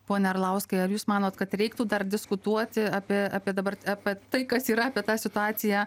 pone arlauskai ar jūs manot kad reiktų dar diskutuoti apie apie dabar apie tai kas yra apie tą situaciją